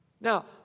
Now